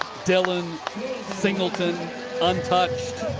dylan singleton untouched.